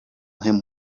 him